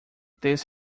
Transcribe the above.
this